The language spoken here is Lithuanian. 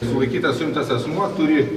sulaikytas suimtas asmuo turi